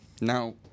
now